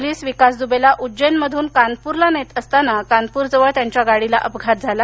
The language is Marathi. पोलिस विकास दुबेला उज्जैनमधून कानपूरला नेत असताना कानपूरजवळ त्यांच्या गाडीला अपघात झाला